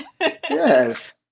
Yes